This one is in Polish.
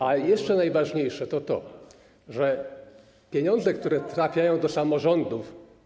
A jeszcze najważniejsze jest to, że pieniądze, które trafiają do samorządów.